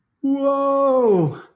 Whoa